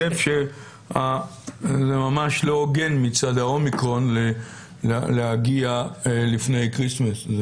אני חושב שזה ממש לא הוגן מצד אומיקרון להגיע לפני קריסמס.